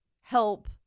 help